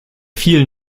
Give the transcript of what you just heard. vielen